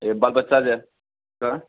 ये बाल बच्चा जो है का